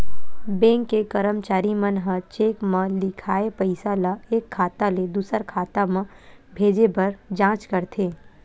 bank के करमचारी मन ह चेक म लिखाए पइसा ल एक खाता ले दुसर खाता म भेजे बर जाँच करथे